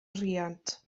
rhiant